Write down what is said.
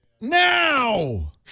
now